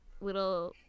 little